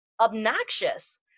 obnoxious